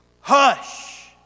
hush